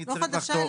לא חדשה,